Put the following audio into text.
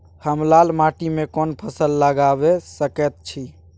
हम लाल माटी में कोन फसल लगाबै सकेत छी?